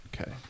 Okay